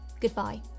goodbye